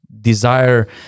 desire